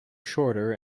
shorter